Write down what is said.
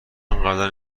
قبلا